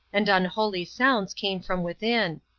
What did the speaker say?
and unholy sounds came from within.